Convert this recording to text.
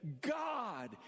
God